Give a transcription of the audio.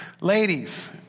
ladies